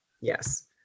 yes